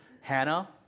Hannah